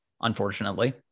unfortunately